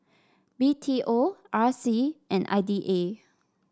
B T O R C and I D A